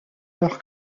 leur